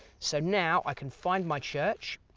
so now i can find my church.